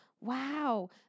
Wow